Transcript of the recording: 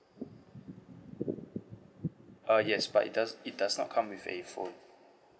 ah yes but it does it does not come with a phone